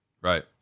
Right